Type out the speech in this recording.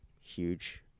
huge